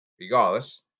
regardless